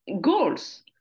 goals